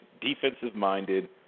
defensive-minded